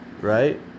right